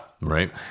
Right